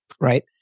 right